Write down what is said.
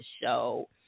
show